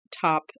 top